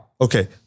Okay